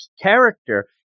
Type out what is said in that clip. character